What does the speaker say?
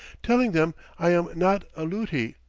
telling them i am not a luti,